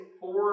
four